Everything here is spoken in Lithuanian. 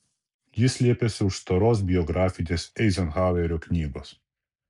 ji slėpėsi už storos biografinės eizenhauerio knygos